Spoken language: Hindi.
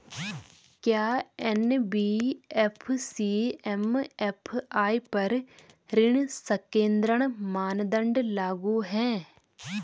क्या एन.बी.एफ.सी एम.एफ.आई पर ऋण संकेन्द्रण मानदंड लागू हैं?